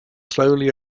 slowly